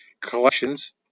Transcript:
collections